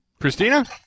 Christina